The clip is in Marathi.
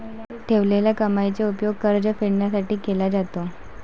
ठेवलेल्या कमाईचा उपयोग कर्ज फेडण्यासाठी केला जातो